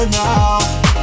now